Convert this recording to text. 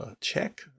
check